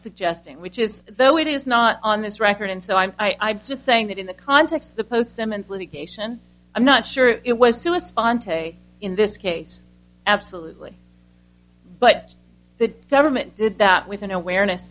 suggesting which is though it is not on this record and so i'm i'm just saying that in the context of the post simmons litigation i'm not sure it was suicide fontenay in this case absolutely but the government did that with an awareness